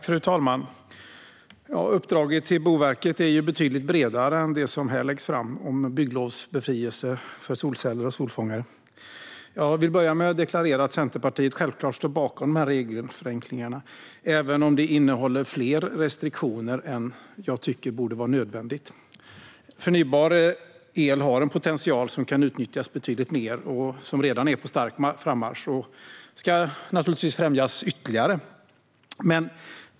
Fru talman! Uppdraget till Boverket är betydligt bredare än det som här läggs fram om bygglovsbefrielse för solceller och solfångare. Jag vill börja med att deklarera att Centerpartiet självklart står bakom regelförenklingarna, även om det finns fler restriktioner än jag tycker borde vara nödvändigt. Förnybar el har en potential som kan utnyttjas betydligt mer och som redan är på stark frammarsch. Detta ska främjas ytterligare.